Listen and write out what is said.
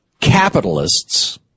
capitalists